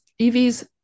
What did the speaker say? EVs